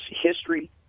history